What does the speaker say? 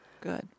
Good